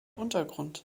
untergrund